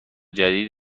جدید